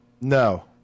No